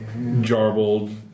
jarbled